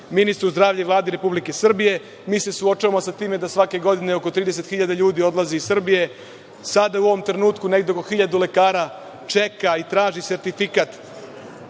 ministru zdravlja i Vladi Republike Srbije. Mi se suočavamo sa time da svake godine oko 30 hiljada ljudi odlazi iz Srbije. Sada u ovom trenutku negde oko hiljadu lekara čeka i traži sertifikat